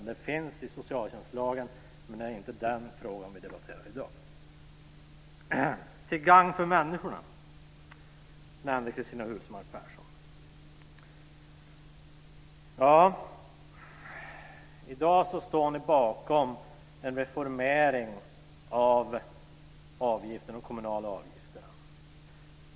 Det finns med i socialtjänstlagen, men vi debatterar inte den frågan i dag. Cristina Husmark Pehrsson nämnde att det skulle vara till gagn för människorna. I dag står ni bakom en reformering av den kommunala avgiften.